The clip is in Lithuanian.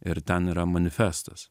ir ten yra manifestas